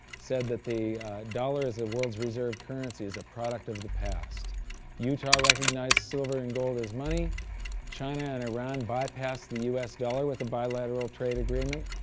said that the dollar as the world's reserve currency is a product of the past utah recognized silver and gold as money china and iran bypass the us dollar with a bilateral trade agreement.